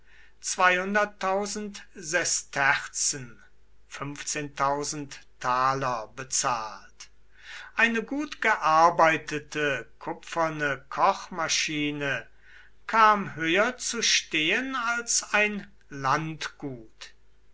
sesterzen bezahlt eine gutgearbeitete kupferne kochmaschine kam höher zu stehen als ein landgut